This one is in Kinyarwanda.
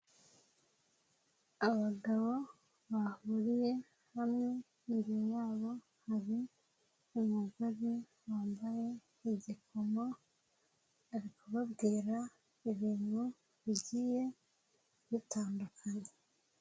Abagabo bahuriye hamwe imbere yabo hari umugore wambaye igikomo ari kubabwira ibintu bigiye bitandukanye.